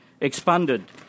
expanded